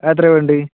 അതെത്രയാ വേണ്ടത്